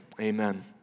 amen